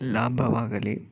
ಲಾಭವಾಗಲಿ